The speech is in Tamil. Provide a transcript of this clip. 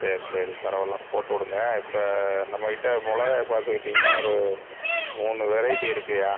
சரி சரி பரவாயில்ல போட்டு விடுங்க இப்போ நம்மக்கிட்ட மொளகாயை பார்த்துக்கிட்டிங்கனா ஒரு மூணு வெரைட்டி இருக்குயா